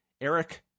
Eric